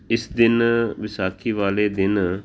ਇਸ ਦਿਨ ਵਿਸਾਖੀ ਵਾਲੇ ਦਿਨ